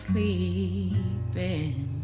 Sleeping